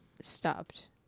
stopped